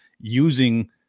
using